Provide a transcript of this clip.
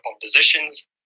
positions